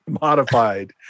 modified